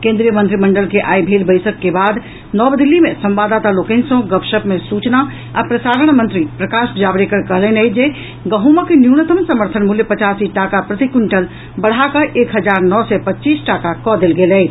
केन्द्रीय मंत्रिमंडल के आई भेल बैसक के बाद नव दिल्ली मे संवाददाता लोकनि सँ गपशप मे सूचना आ प्रसारण मंत्री प्रकाश जावड़ेकर कहलनि अछि जे गहुँमक न्यूनतम समर्थन मूल्य पचासी टाका प्रति क्विंटल बढ़ाकऽ एक हजार नओ सय पच्चीस टाका कऽ देल गेल अछि